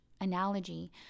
analogy